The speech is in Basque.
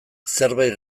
zerbait